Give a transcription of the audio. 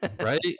right